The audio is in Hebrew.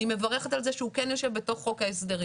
ואני מברכת על זה שהוא כן יושב בתוך חוק ההסדרים.